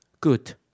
Good